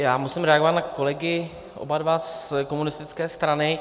Já musím reagovat na kolegy oba dva z komunistické strany.